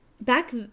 back